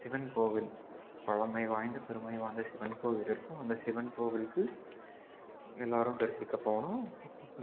சிவன் கோவில் பழமை வாய்ந்த பெருமை வாய்ந்த சிவன் கோவில் இருக்கும் அந்த சிவன் கோவிலுக்கு எல்லாரும் தரிசிக்க போனோம்